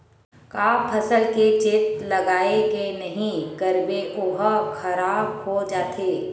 का फसल के चेत लगय के नहीं करबे ओहा खराब हो जाथे?